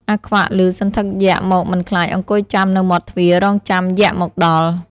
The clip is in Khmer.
អាខ្វាក់ ឮសន្ធឹកយក្សមកមិនខ្លាចអង្គុយចាំនៅមាត់ទ្វាររងចាំយក្សមកដល់។